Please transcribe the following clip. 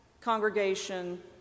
congregation